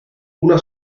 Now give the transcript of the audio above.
una